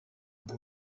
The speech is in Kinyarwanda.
ngo